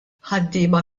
ħaddiema